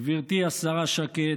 גברתי השרה שקד,